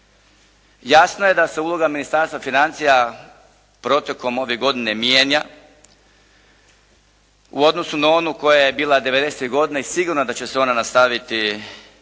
Jasno je da se uloga Ministarstva financija protokom ove godine mijenja u odnosu na onu koja je bila devedesetih godina i sigurna da će se ona nastaviti i dalje